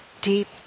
deep